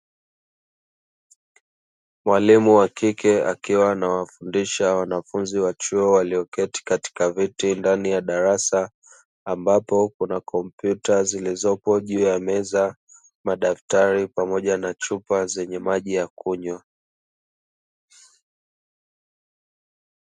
Mwalimu wa kike akiwa anawafundisha wanafunzi wa chuo walioketi katika viti ndani ya darasa; ambapo kuna kompyuta zilizopo juu ya meza, madaftari pamoja na chupa zenye maji ya kunywa.